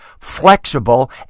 flexible